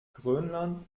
grönland